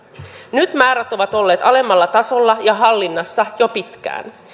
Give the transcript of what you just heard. nyt määrät ovat olleet alemmalla tasolla ja hallinnassa jo pitkään